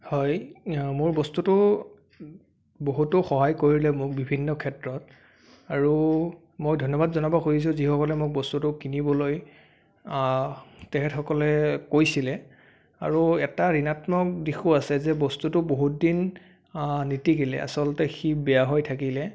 হয় মোৰ বস্তুটো বহুতো সহায় কৰিলে মোক বিভিন্ন ক্ষেত্ৰত আৰু মই ধন্যবাদ জনাব খুজিছোঁ যিসকলে মোক বস্তুটো কিনিবলৈ তেখেতসকলে কৈছিলে আৰু এটা ঋনাত্মক দিশো আছে যে বস্তুটো বহুতদিন নিটিকিলে আচলতে সি বেয়া হৈ থাকিলে